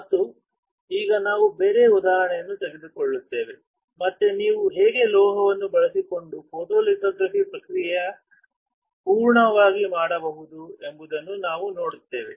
ಮತ್ತು ಈಗ ನಾವು ಬೇರೆ ಉದಾಹರಣೆಯನ್ನು ತೆಗೆದುಕೊಳ್ಳುತ್ತೇವೆ ಮತ್ತು ನೀವು ಹೇಗೆ ಲೋಹವನ್ನು ಬಳಸಿಕೊಂಡು ಫೋಟೊಲಿಥೊಗ್ರಫಿ ಪ್ರಕ್ರಿಯೆ ಪೂರ್ಣವಾಗಿ ಮಾಡಬಹುದು ಎಂಬುದನ್ನು ನಾವು ನೋಡುತ್ತೇವೆ